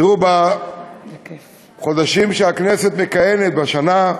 תראו, בחודשים שהכנסת מכהנת, שנה,